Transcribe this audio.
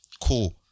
Cool